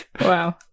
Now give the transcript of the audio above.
wow